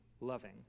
loving